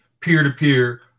peer-to-peer